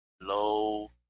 low